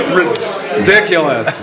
ridiculous